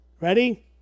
Ready